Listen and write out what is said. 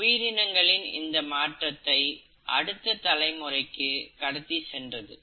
உயிரினங்களின் இந்த மாற்றத்தை அடுத்த தலைமுறைக்கு கடத்தி சென்றது